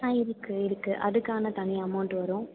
ஆ இருக்கு இருக்கு அதுக்கு ஆனால் தனி அமௌண்ட் வரும்